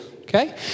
Okay